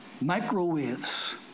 microwaves